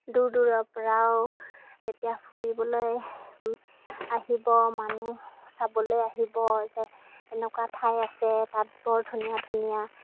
দূৰ দূৰৰ পৰাও যেতিয়া ফুৰিবলৈ আহিব মানুহ চাবলৈ আহিব যে এনেকুৱা ঠাই আছে তাত বৰ ধুনীয়া ধুনীয়া